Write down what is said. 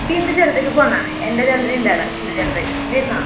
നീ എൻ്റെ ജ്വല്ലറിക്ക് പോകുന്നോ എൻ്റെ ജ്വല്ലറി എന്ത് അവിടെ ബിന്ദു ജ്വല്ലറി വരുന്നോ